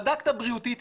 בדקת בריאותית,